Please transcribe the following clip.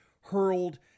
hurled